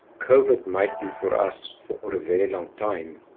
covid might be for us for a very long time.